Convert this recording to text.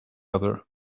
other